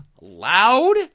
loud